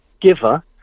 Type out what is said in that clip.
giver